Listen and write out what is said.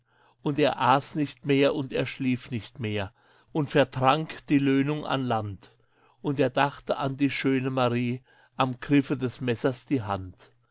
und er aß nicht mehr und er schlief nicht mehr und vertrank die löhnung an land und er dachte an die schöne marie am griffe des messers die hand